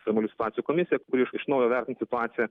ekstremalių situacijų komisija kuri iš iš naujo vertins situaciją